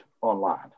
online